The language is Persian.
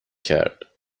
کرد